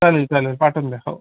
चालेल चालेल पाठवून द्या हो